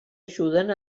ajuden